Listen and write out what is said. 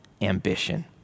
ambition